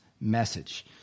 message